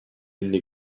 inni